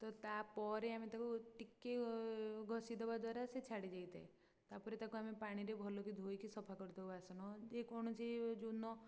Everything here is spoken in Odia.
ତ ତା'ପରେ ଆମେ ତାକୁ ଟିକେ ଘଷି ଦେବା ଦ୍ୱାରା ସେ ଛାଡ଼ି ଯାଇଥାଏ ତା'ପରେ ତାକୁ ଆମେ ପାଣିରେ ଭଲକି ଧୋଇକି ସଫା କରିଦେଉ ବାସନ ଯେକୌଣସି ଯେଉଁଦିନ